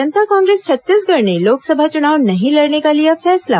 जनता कांग्रेस छत्तीसगढ़ ने लोकसभा चुनाव नहीं लड़ने का लिया फैसला